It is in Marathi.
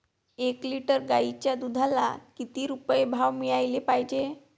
एक लिटर गाईच्या दुधाला किती रुपये भाव मिळायले पाहिजे?